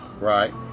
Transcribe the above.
Right